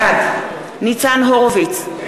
בעד ניצן הורוביץ,